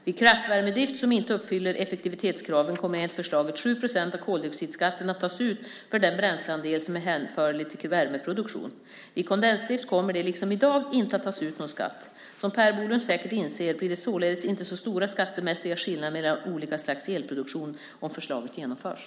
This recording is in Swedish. Vid kraftvärmedrift som inte uppfyller effektivitetskraven kommer enligt förslaget 7 procent av koldioxidskatten att tas ut för den bränsleandel som är hänförlig till värmeproduktionen. Vid kondensdrift kommer det, liksom i dag, inte att tas ut någon skatt. Som Per Bolund säkert inser blir det således inte så stora skattemässiga skillnader mellan olika slags elproduktion om förslaget genomförs.